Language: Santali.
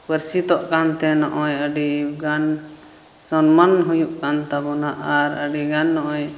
ᱯᱟᱹᱨᱥᱤᱫᱚᱜ ᱠᱟᱱᱛᱮ ᱱᱚᱜᱼᱚᱸᱭ ᱟᱹᱰᱤ ᱜᱟᱱ ᱥᱚᱱᱢᱟᱱ ᱥᱚᱱᱢᱟᱱ ᱦᱩᱭᱩᱜ ᱠᱟᱱ ᱛᱟᱵᱚᱱᱟ ᱟᱨ ᱟᱹᱰᱤ ᱜᱟᱱ ᱱᱚᱜᱼᱚᱸᱭ